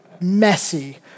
messy